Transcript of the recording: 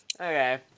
Okay